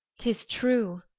tis true,